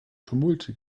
tumulte